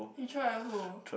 you throw at who